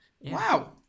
wow